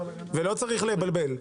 ולא צריך לבלבל.